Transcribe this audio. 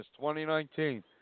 2019